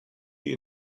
wie